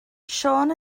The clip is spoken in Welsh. siôn